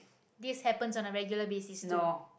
this happens on a regular basis too